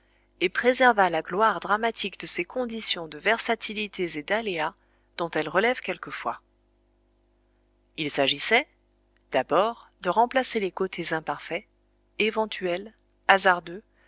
et préservât la gloire dramatique de ces conditions de versatilités et d'aléas dont elle relève quelquefois il s'agissait d'abord de remplacer les côtés imparfaits éventuels hasardeux